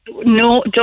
No